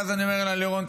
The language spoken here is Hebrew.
ואז אני אומר לה: לירון,